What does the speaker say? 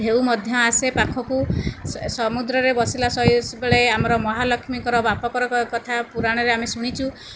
ଢେଉ ମଧ୍ୟ ଆସେ ପାଖକୁ ସ ସମୁଦ୍ରରେ ବସିଲା ବେଳକୁ ସ ଆମର ମହାଲଷ୍ମୀଙ୍କ ବାପଘର କଥା ପୁରାଣରେ ଆମେ ଶୁଣିଛୁ